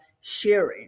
sharing